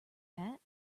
hat